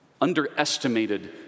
underestimated